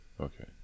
okay